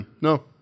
No